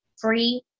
free